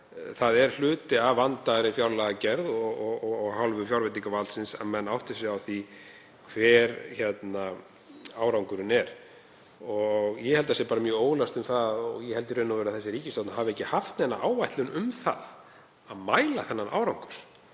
það er hluti af vandaðri fjárlagagerð af hálfu fjárveitingavaldsins að menn átti sig á því hver árangurinn er. Ég held að það sé mjög óljóst og ég held í raun og veru að þessi ríkisstjórn hafi ekki haft neina áætlun um það að mæla árangur,